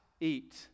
eat